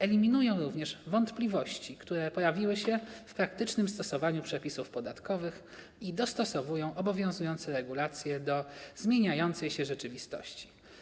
Eliminują również wątpliwości, które pojawiły się w praktycznym stosowaniu przepisów podatkowych, i dostosowują obowiązujące regulacje do zmieniającej się rzeczywistości.